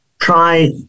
try